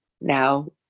now